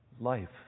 life